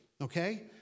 okay